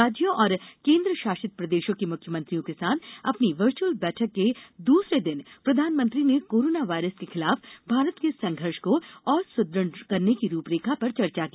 राज्यों और केन्द्र शासित प्रदेशों के मुख्यमंत्रियों के साथ अपनी वर्चुअल बैठक के दूसरे दिन प्रधानमंत्री ने कोरोना वायरस के खिलाफ भारत के संघर्ष को और सुद्रढ़ करने की रूपरेखा पर चर्चा की